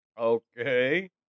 okay